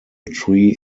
tree